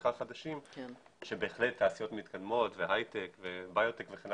צמיחה חדשים שבהחלט תעשיות מתקדמות והיי-טק וביוטק מאוד